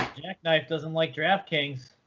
jackknife doesn't like draftkings.